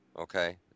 okay